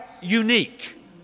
unique